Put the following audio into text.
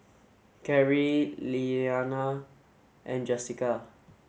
Carrie Iyana and Jessika